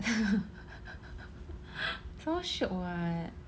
more shiok what